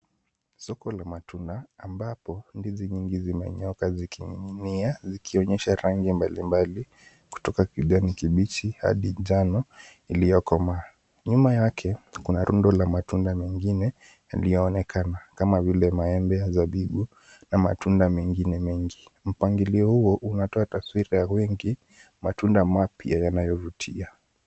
Soko la matunda ambapo ndizi nyingi zimenyooka zikining'inia zikionyesha rangi mbalimbali kutoka kijani kibichi hadi njano ilikomaa, nyuma yake kuna rundo la matunda mengine yaliyoonekana kama vile maembe, zabibu na matunda mengine mengi. Mpangilio huo unatoa taswira ya wingi, matunda mapya yanayovutia.